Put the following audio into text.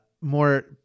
more